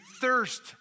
thirst